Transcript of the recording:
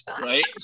right